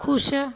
ਖੁਸ਼